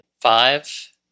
Five